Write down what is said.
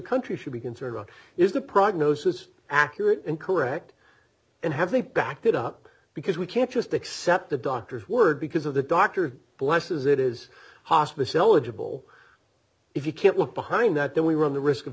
country should be concerned about is the prognosis accurate and correct and have think back that up because we can't just accept the doctor's word because of the doctor blesses it is hospice eligible if you can't look behind that then we run the risk of